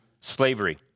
slavery